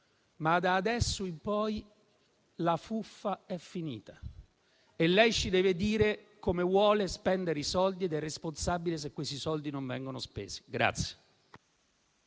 ma da adesso in poi la fuffa è finita e lei ci deve dire come vuole spendere i soldi ed è responsabile se questi soldi non vengono spesi.